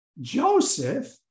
Joseph